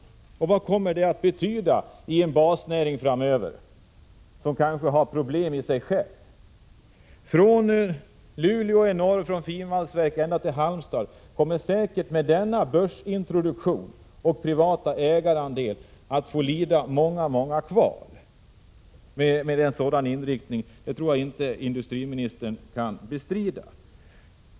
Vad kommer det att betyda framöver för en basnäring som har problem i sig själv? Börsintroduktionen och den privata ägarandelen kommer säkert att medföra kval och lidande för många människor, från Luleå i norr till Halmstad i söder. Det tror jag inte att industriministern kan bestrida.